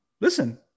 listen